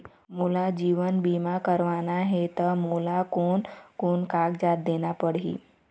मोला जीवन बीमा करवाना हे ता मोला कोन कोन कागजात देना पड़ही?